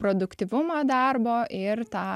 produktyvumą darbo ir tą